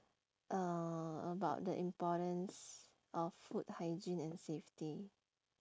uh about the importance of food hygiene and safety